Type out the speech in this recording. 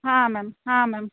ಹಾಂ ಮ್ಯಾಮ್ ಹಾಂ ಮ್ಯಾಮ್